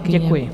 Děkuji.